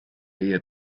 ehe